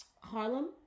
Harlem